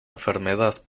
enfermedad